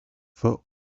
for